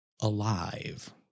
alive